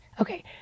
Okay